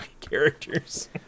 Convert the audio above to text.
characters